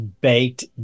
baked